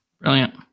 Brilliant